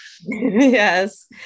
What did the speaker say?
yes